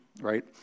right